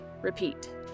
repeat